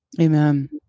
Amen